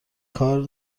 کار